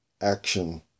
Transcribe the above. action